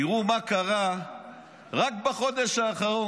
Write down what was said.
תראו מה קרה רק בחודש האחרון.